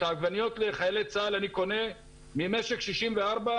את העגבניות לחיילי צה"ל אני קונה ממשק 64,